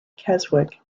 keswick